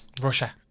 Russia